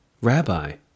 Rabbi